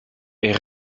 est